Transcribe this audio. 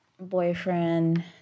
boyfriend